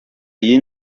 iyi